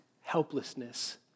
helplessness